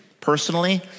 personally